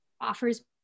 offers